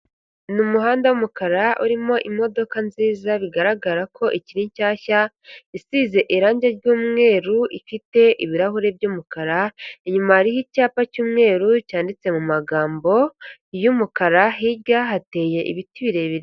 Ni umuhanda w'umukara urimo imodoka nziza bigaragara ko ikiri nshyashya isize irangi ry'umweru, ifite ibirahuri by'umukara, inyuma hariho icyapa cy'umweru cyanditse mu magambo y'umukara, hirya hateye ibiti birebire.